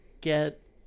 get